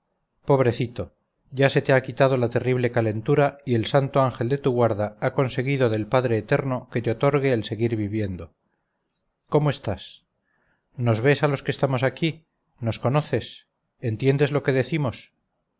pobrecito ya se te ha quitado la terrible calentura y el santo ángel de tu guarda ha conseguido del padre eterno que te otorgue el seguir viviendo cómo estás nos ves a los que estamos aquí nos conoces entiendes lo que decimos